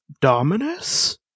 Dominus